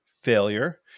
failure